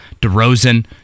DeRozan